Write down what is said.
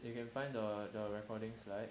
you can find the the recordings slide